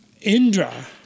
Indra